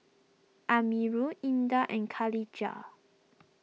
Amirul Indah and Khadija